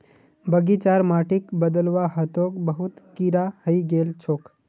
बगीचार माटिक बदलवा ह तोक बहुत कीरा हइ गेल छोक